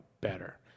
better